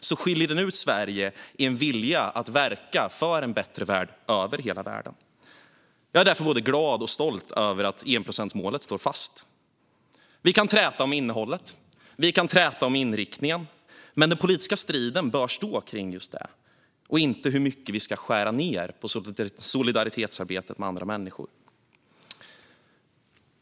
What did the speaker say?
Sverige skiljer ut sig genom en vilja att verka för en bättre värld över hela världen. Jag är därför både glad och stolt över att enprocentsmålet står fast. Vi kan träta om innehållet och om inriktningen. Men den politiska striden bör stå just kring just det och inte om hur mycket vi ska skära ned på solidaritetsarbetet med andra människor.